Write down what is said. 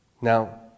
Now